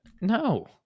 No